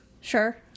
Sure